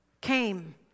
came